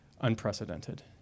unprecedented